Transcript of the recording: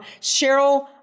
Cheryl